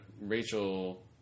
Rachel